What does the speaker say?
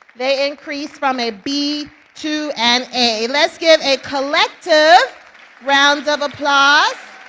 they increased from a b to an a. let's give a collective round of applause.